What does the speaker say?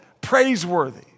praiseworthy